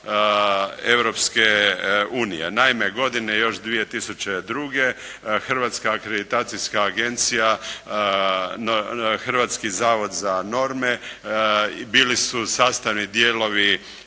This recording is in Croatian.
Europske unije. Naime, godine još 2002. Hrvatska akreditacijska agencija, Hrvatski zavod za norme bili su sastavni dijelovi